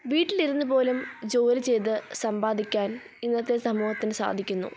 വീട്ടിലിരുന്നുപോലും ജോലി ചെയ്ത് സമ്പാദിക്കാൻ ഇന്നത്തെ സമൂഹത്തിനു സാധിക്കുന്നു